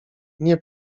nie